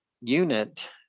unit